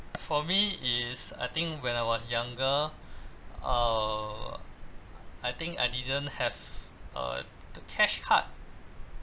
for me is I think when I was younger err I think I didn't have uh the cashcard